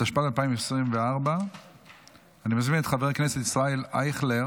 התשפ"ד 2024. אני מזמין את חבר הכנסת ישראל אייכלר,